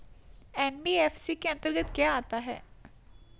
NBFC के अंतर्गत क्या आता है?